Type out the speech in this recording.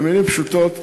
במילים פשוטות,